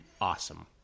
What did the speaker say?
awesome